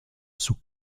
sous